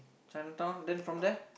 Chinatown then from there